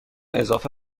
اضافه